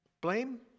Blame